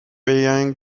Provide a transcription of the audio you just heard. being